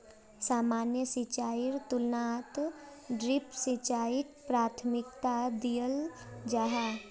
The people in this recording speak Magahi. सामान्य सिंचाईर तुलनात ड्रिप सिंचाईक प्राथमिकता दियाल जाहा